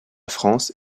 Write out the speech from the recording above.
france